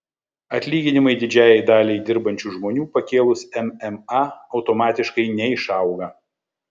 atlyginimai didžiajai daliai dirbančių žmonių pakėlus mma automatiškai neišauga